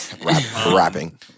Rapping